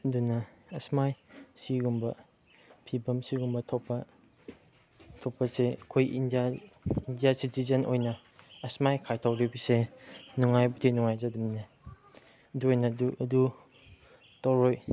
ꯑꯗꯨꯅ ꯑꯁꯨꯃꯥꯏ ꯑꯁꯤꯒꯨꯝꯕ ꯐꯤꯕꯝ ꯁꯤꯒꯨꯝꯕ ꯊꯣꯛꯄ ꯊꯣꯛꯄꯁꯦ ꯑꯩꯈꯣꯏ ꯏꯟꯗꯤꯌꯥꯟ ꯏꯟꯗꯤꯌꯥ ꯁꯤꯇꯤꯖꯦꯟ ꯑꯣꯏꯅ ꯑꯁꯨꯃꯥꯏ ꯈꯥꯏꯗꯣꯛꯂꯤꯕꯁꯦ ꯅꯨꯡꯉꯥꯏꯕꯗꯤ ꯅꯨꯡꯉꯥꯏꯖꯗꯕꯅꯦ ꯑꯗꯨ ꯑꯣꯏꯅꯗꯨ ꯑꯗꯨ ꯇꯧꯔꯣꯏ